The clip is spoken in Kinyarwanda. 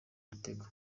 ibitego